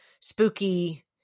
spooky